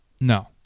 No